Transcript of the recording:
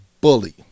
bully